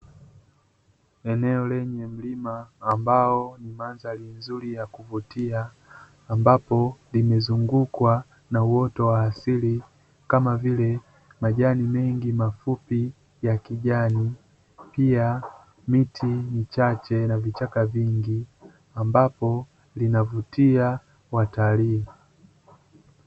Eneo lenye mlima ambao ni mandhari nzuri ya kuvutia ambapo imezungukwa na uoto wa asili, kama vile majani mengi mafupi ya kijani pia, miti michache na vichaka vingi ambapo inavutia watalii.